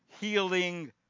healing